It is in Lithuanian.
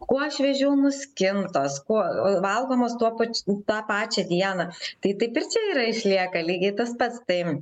kuo šviežiau nuskintos kuo valgomos tuo pačiu tą pačią dieną tai taip ir čia yra išlieka lygiai tas pats tai